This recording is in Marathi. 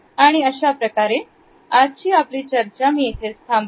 आणि अशाप्रकारे आजची आपली चर्चा मी इथेच थांबते